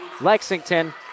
Lexington